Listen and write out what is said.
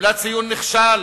קיבלה ציון נכשל